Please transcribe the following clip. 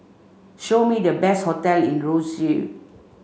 show me the best hotel in Roseau